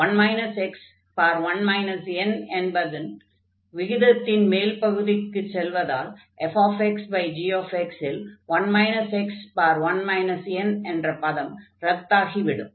1 x1 n என்பது விகிதத்தின் மேல் பகுதிக்குச் செல்வதால் fxg இல் 1 x1 n என்ற பதம் ரத்தாகி விடும்